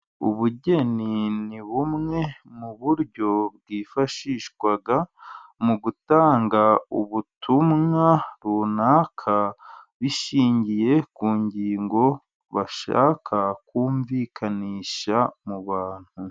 Ubugeni ni bumwe mu buryo bwifashishwa mu gutanga ubutumwa runaka bishingiye ku ngingo bashaka kumvikanisha mu bantu.